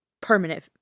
permanent